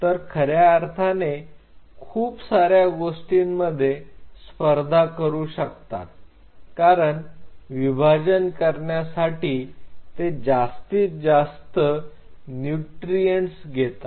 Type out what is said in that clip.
तर खऱ्या अर्थाने खूप सार्या गोष्टींमध्ये स्पर्धा करू शकतात कारण विभाजन करण्यासाठी ते जास्तीत जास्त न्यूट्रीयंटस घेतात